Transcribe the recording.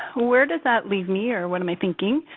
where does that leave me, or what am i thinking?